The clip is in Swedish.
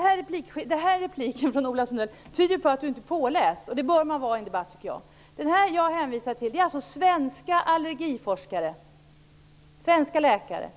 Herr talman! Ola Sundells replik tyder på att han inte är påläst. Det bör man vara i en debatt, tycker jag. Jag hänvisade till svenska allergiforskare, svenska läkare,